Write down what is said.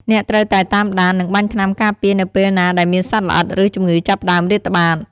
អ្នកត្រូវតែតាមដាន និងបាញ់ថ្នាំការពារនៅពេលណាដែលមានសត្វល្អិត ឬជំងឺចាប់ផ្តើមរាតត្បាត។